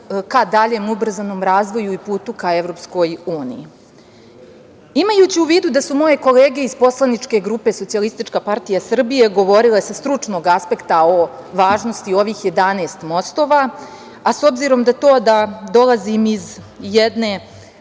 ka daljem ubrzanom razvoju i putu ka EU.Imajući u vidu da su moje kolege iz poslaničke grupe SPS govorile sa stručnog aspekta o važnosti ovih 11 mostova, a s obzirom na to da dolazim iz jedne,